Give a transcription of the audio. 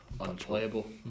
unplayable